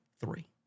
three